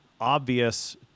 obvious